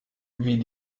wie